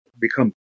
become